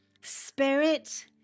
Spirit